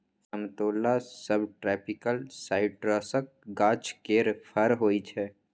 समतोला सबट्रापिकल साइट्रसक गाछ केर फर होइ छै